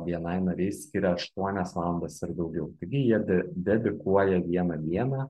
bni nariai skiria aštuonias valandas ir daugiau taigi jie de dedikuoja vieną dieną